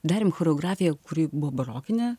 darėm choreografiją kuri buvo barokinė